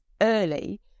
early